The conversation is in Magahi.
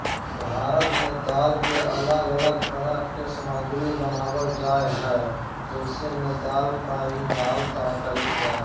भारत में दाल के अलग अलग तरह के सामग्री बनावल जा हइ जैसे में दाल फ्राई, दाल तड़का इत्यादि